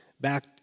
back